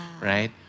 right